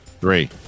three